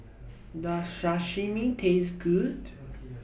Does Sashimi Taste Good